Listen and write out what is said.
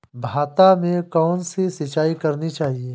भाता में कौन सी सिंचाई करनी चाहिये?